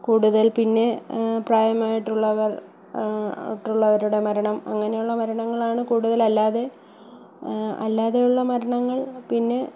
കൂടുതൽ പിന്നെ പ്രായമായിട്ടുള്ളവർ ആയിട്ടുള്ളവരുടെ മരണം അങ്ങനെയുള്ള മരണങ്ങളാണ് കൂടുതൽ അല്ലാതെ അല്ലാതെയുള്ള മരണങ്ങൾ പിന്നെ